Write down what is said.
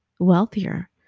wealthier